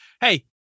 hey